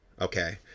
okay